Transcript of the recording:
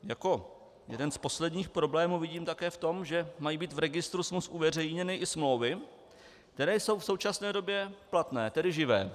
Jako jeden z posledních problémů vidím také v tom, že mají být v registru smluv uveřejněny i smlouvy, které jsou v současné době platné, tedy živé.